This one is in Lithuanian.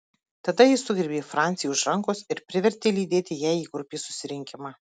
tada ji sugriebė francį už rankos ir privertė lydėti ją į grupės susirinkimą